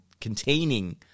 containing